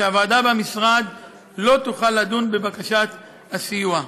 שהוועדה במשרד לא תוכל לדון בבקשת הסיוע.